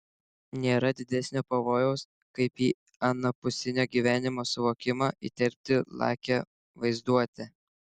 nėra didesnio pavojaus kaip į anapusinio gyvenimo suvokimą įterpti lakią vaizduotę